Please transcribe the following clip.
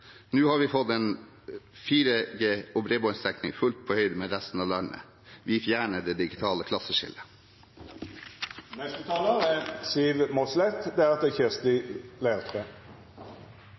Nå har vi fått en 4G- og bredbåndsdekning fullt på høyde med resten av landet. Vi fjerner det digitale klasseskillet. Tenk deg en dag uten internett. Regjeringen og finansminister Siv Jensen har lovet oss økt digitalisering. Det er